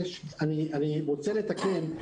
אני רוצה לתקן.